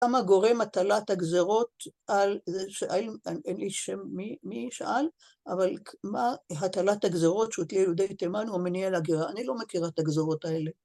למה גורם הטלת הגזרות על זה שאל, אין לי שם, מי... מי שאל? אבל מה, הטלת הגזרות, שהוא הטיל על יהודי תימן, הוא מניע להגירה? אני לא מכירה את הגזרות האלה.